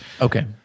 Okay